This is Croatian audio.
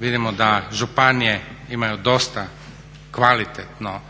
Vidimo da županije imaju dosta kvalitetno